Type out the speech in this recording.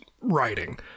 writing